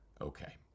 Okay